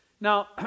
Now